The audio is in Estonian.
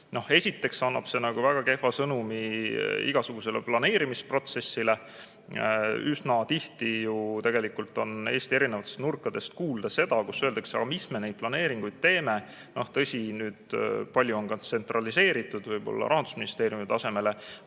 Esiteks annab see väga kehva sõnumi igasugusele planeerimisprotsessile. Üsna tihti on tegelikult Eesti erinevatest nurkadest kuulda, et öeldakse, aga mis me neid planeeringuid teeme – tõsi, nüüd on palju tsentraliseeritud Rahandusministeeriumi tasemele